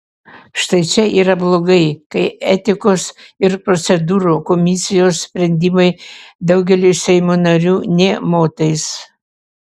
štai čia yra blogai kai etikos ir procedūrų komisijos sprendimai daugeliui seimo narių nė motais